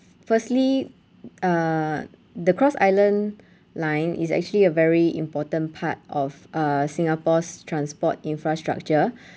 firstly uh the cross island line is actually a very important part of uh singapore's transport infrastructure